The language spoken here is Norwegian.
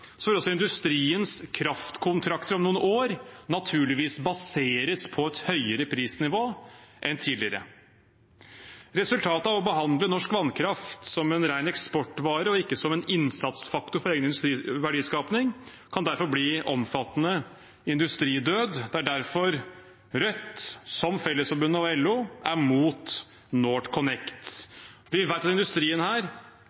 også industriens kraftkontrakter om noen år naturligvis baseres på et høyere prisnivå enn tidligere. Resultatet av å behandle norsk vannkraft som en ren eksportvare og ikke som en innsatsfaktor for egen verdiskaping kan derfor bli omfattende industridød. Det er derfor Rødt, som Fellesforbundet og LO, er imot NorthConnect.